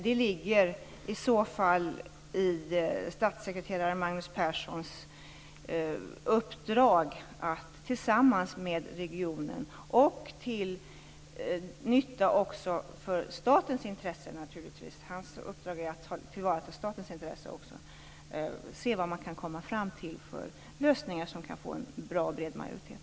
Det ligger i statssekreterare Magnus Perssons uppdrag att till nytta också för statens intressen tillsammans med regionen se vad man kan komma fram till för lösningar som kan få en bra och bred majoritet.